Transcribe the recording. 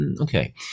okay